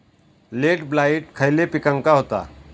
Late blight खयले पिकांका होता?